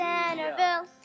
Centerville